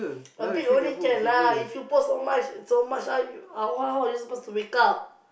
a bit only can lah if you put so much so much how how are you supposed to wake up